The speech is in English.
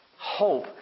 Hope